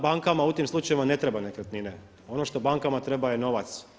Bankama u tim slučajevima ne treba nekretnina, ono što bankama treba je novac.